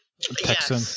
texan